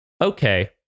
okay